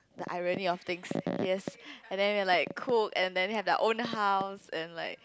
the irony of things yes and then they're like cook and then have their own house and like